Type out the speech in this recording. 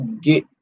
get